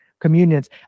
communions